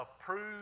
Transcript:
approved